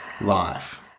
life